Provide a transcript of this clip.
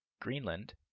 greenland